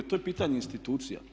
To je pitanje institucija.